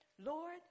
Lord